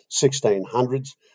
1600s